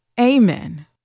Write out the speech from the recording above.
Amen